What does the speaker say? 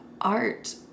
art